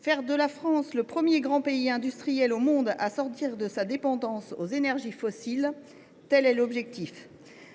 faire de la France le premier grand pays industriel au monde à sortir de sa dépendance aux énergies fossiles